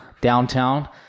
Downtown